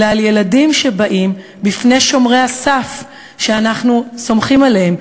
אלא ילדים שבאים בפני שומרי הסף שאנחנו סומכים עליהם,